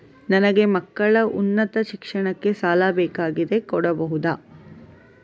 ನನಗೆ ಮಕ್ಕಳ ಉನ್ನತ ಶಿಕ್ಷಣಕ್ಕೆ ಸಾಲ ಬೇಕಾಗಿದೆ ಕೊಡಬಹುದ?